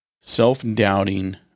self-doubting